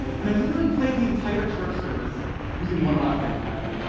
and i literally played the entire church service using one left-hand pattern.